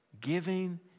giving